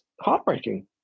heartbreaking